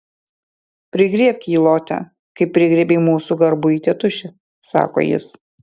prigriebk jį lote kaip prigriebei mūsų garbųjį tėtušį sako jis